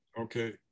Okay